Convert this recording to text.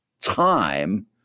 time